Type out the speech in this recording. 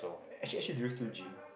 actually actually do you still gym